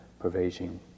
pervasion